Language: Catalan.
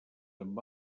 amb